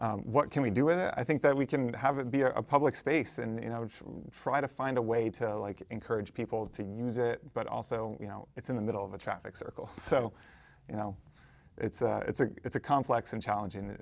so what can we do with i think that we can have it be a public space and i would try to find a way to like encourage people to use it but also you know it's in the middle of a traffic circle so you know it's a it's a it's a complex and challenging